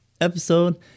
episode